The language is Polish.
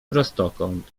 prostokąt